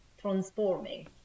transforming